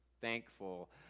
thankful